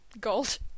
gold